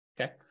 Okay